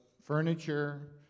furniture